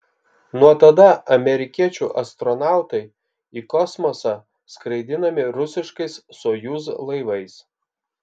nuo tada amerikiečių astronautai į kosmosą skraidinami rusiškais sojuz laivais